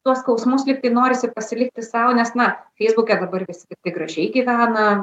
tuos skausmus lygtai norisi pasilikti sau nes na feisbuke dabar visi tiktai gražiai gyvena